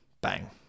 bang